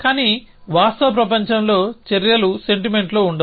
కానీ వాస్తవ ప్రపంచంలో చర్యలు సెంటిమెంట్లో ఉండవు